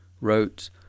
wrote